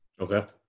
Okay